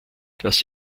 das